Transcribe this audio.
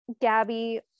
gabby